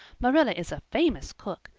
marilla is a famous cook.